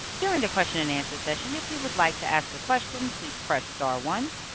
during the question and answer session, if you would like to ask a question, please press star one.